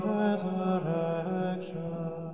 resurrection